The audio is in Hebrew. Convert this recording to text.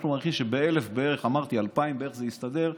אנחנו מעריכים שב-1,000, 2,000 זה יסתדר,